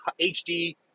HD